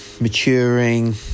Maturing